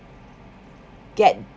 get